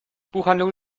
buchhandlung